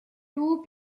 two